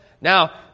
Now